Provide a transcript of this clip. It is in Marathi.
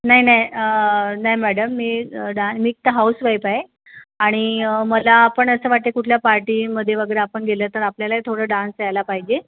नाही नाही नाही मॅडम मी डान मी एकतर हाउसवाईफ आहे आणि मला आपण असं वाटते कुठल्या पार्टीमध्ये वगैरे आपण गेलं तर आपल्याला थोडं डान्स यायला पाहिजे